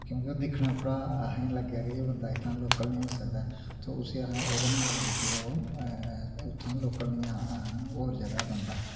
क्योंके दिक्खने उप्परा असें लग्गेआ कि एह् बंदा इत्थुआं दा लोकल नेईं होई सकदा ऐ तो उस्सी असें ओह्दे नै गल्ल कीती ते ओह् इत्थुआं लोकल नेईं है हा